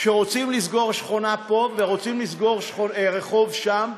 שרוצים לסגור שכונה פה ורוצים לסגור רחוב שם.